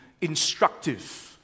instructive